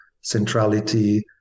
centrality